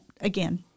again